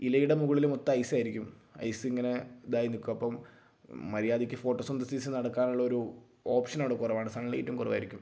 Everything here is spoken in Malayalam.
ഇലയുടെ മുകളിൽ മൊത്തം ഐസായിരിക്കും ഐസ് ഇങ്ങനെ ഇതായി നിൽക്കും അപ്പം മര്യാദക്ക് ഫോട്ടോസിന്തസിസ് നടക്കാനുള്ളൊരു ഓപ്ഷൻ അവിടെ കുറവാണ് സൺ ലൈറ്റും കുറവായിരിക്കും